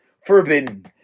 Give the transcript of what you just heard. forbidden